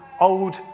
old